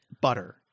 butter